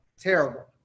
terrible